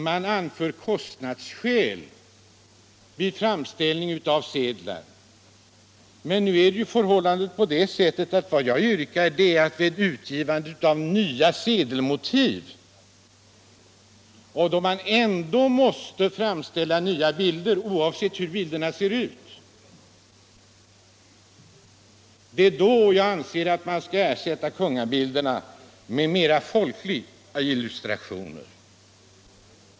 Man anför kostnaderna vid framställningen av sedlar som skäl för avslag på motionen, men förhållandet är ju det att jag yrkar att vid ett utgivande av sedlar med nya motiv — då man alltså ändå måste framställa nya bilder, oavsett hur de bilderna ser ut — kungabilderna skall ersättas av mera folkliga illustrationer.